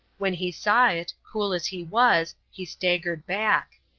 when he saw it, cool as he was, he staggered back.